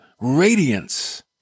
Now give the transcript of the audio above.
radiance